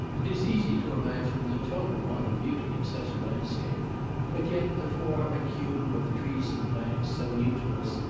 it is easy to imagine the total want of beauty in such a landscape but yet the form and hue of the trees and plants, so new to us,